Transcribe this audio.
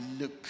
look